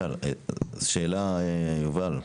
שאלה, יובל: